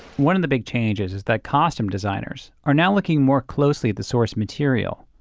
one of the big changes is that costume designers are now looking more closely at the source material.